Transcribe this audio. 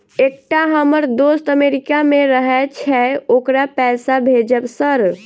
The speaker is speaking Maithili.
एकटा हम्मर दोस्त अमेरिका मे रहैय छै ओकरा पैसा भेजब सर?